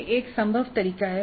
यह एक संभव तरीका है